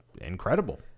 incredible